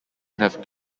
have